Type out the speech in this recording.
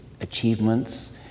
achievements